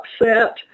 upset